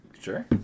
Sure